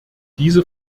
diese